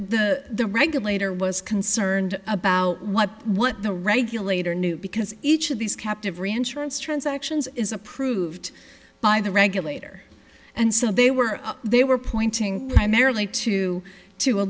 t the regulator was concerned about what what the regulator knew because each of these captive reinsurance transactions is approved by the regulator and so they were they were pointing primarily to to a